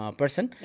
person